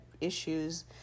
issues